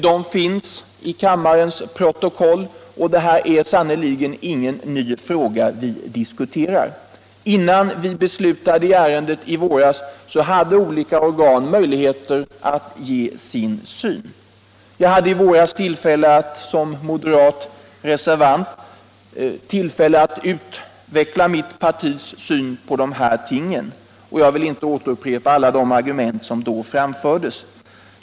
De finns i kammarens protokoll; det är sannerligen ingen ny fråga som vi nu diskuterar. Och innan vi i våras beslöt i ärendet hade olika organ möjligheter att ge sin syn på frågorna. Jag hade tillfälle att som moderat reservant utveckla mitt partis syn på de här frågorna, och jag skall inte nu upprepa alla de argument som då framfördes.